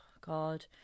God